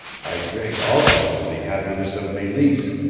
i drink also to the happiness of meleese,